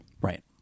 Right